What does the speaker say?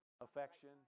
affection